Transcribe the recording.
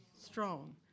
strong